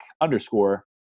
underscore